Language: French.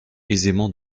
aisément